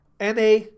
NA